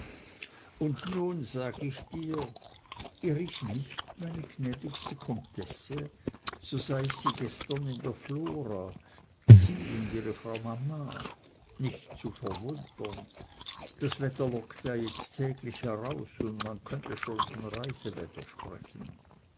und nun sag ich irr ich nicht meine gnädigste komtesse so sah ich sie gestern in der flora sie und ihre frau mama nicht zu verwundern das wetter lockt ja jetzt täglich heraus und man könnte schon von reisewetter sprechen